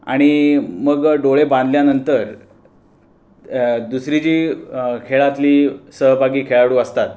आणि मग डोळे बांधल्यानंतर दुसरी जी खेळातली सहभागी खेळाडू असतात